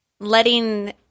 letting